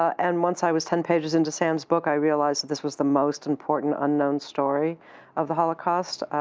and once i was ten pages into sam's book, i realized this was the most important unknown story of the holocaust,